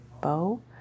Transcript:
bow